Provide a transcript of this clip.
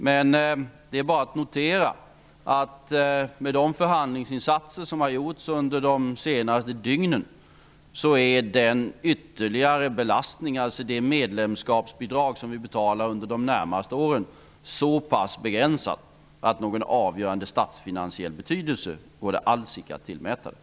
Men det är bara att notera att med de förhandlingsinsatser som har gjorts under de senaste dygnen är den ytterligare belastningen, dvs. de medlemsbidrag som vi skall betala under de närmaste åren, så pass begränsad att den alls inte går att tillmäta någon avgörande statsfinansiell betydelse.